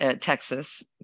Texas